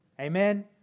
Amen